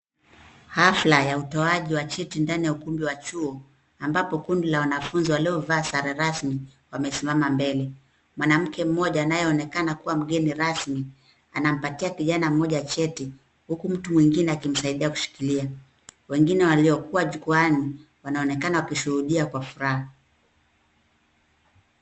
Hafla ya utoaji wa cheti ndani ya ukumbi wa chuo ambapo kundi la wanafunzi waliovaa sare rasmi, wamesimama mbele. Mwanamke mmoja anayeonekana kuwa mgeni rasmi anampatia kijana mmoja cheti huku mtu mwengine akimsaidia kushikilia. Wengine waliokuwa jukwaani wanaonekana kushuhudia kwa furaha.